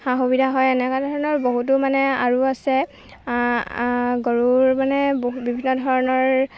সা সুবিধা হয় এনেকুৱা ধৰণৰ বহুতো মানে আৰু আছে গৰুৰ মানে বহু বিভিন্ন ধৰণৰ